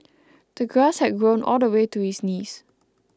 the grass had grown all the way to his knees